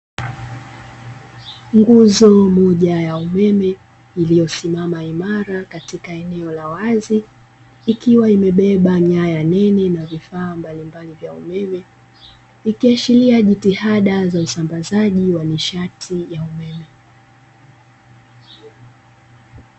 Nguzo moja ya umeme iliyosimama imara katika eneo la wazi, ikiwa imebeba nyaya nene na vifaa mbali mbali vya umeme ikiashiria jitihada za usambazaji wa nishati ya umeme.